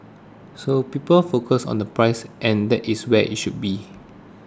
so people focus on the price and that is where it should be